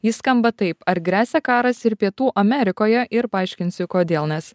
ji skamba taip ar gresia karas ir pietų amerikoje ir paaiškinsiu kodėl nes